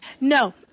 No